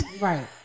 Right